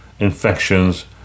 infections